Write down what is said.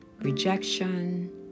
rejection